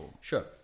sure